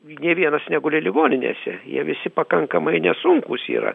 nė vienas neguli ligoninėse jie visi pakankamai nesunkūs yra